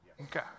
Okay